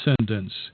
descendants